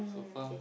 sofa